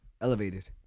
Elevated